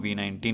V19